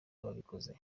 babikoze